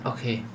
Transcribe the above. Okay